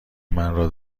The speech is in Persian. مرا